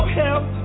help